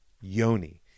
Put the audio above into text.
Yoni